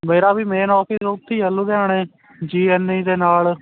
ਮੇਰਾ ਵੀ main office ਉੱਥੇ ਹੀ ਆ ਲੁਧਿਆਣੇ ਜੀ ਐਨ ਏ ਦੇ ਨਾਲ